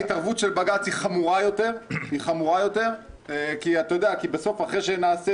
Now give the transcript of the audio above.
ההתערבות של בג"ץ היא חמורה יותר כי בסוף אחרי שנשתמש